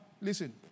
listen